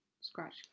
Scratch